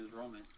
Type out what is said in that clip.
Roman